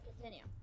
continue